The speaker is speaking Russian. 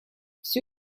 все